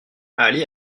aller